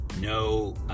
no